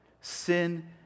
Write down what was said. sin